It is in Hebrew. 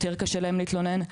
יותר קשה להן להתלונן.